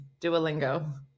Duolingo